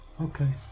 Okay